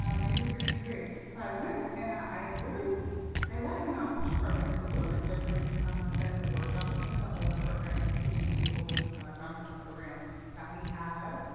maybe it's going to be great. so i went, and i really i like the nonfiction program. it's a little bit different than the workshop. it's one of the older programs. i think it may be the oldest non-fiction program that we have.